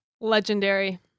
Legendary